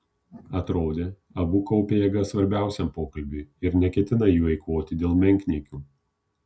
atrodė abu kaupia jėgas svarbiausiam pokalbiui ir neketina jų eikvoti dėl menkniekių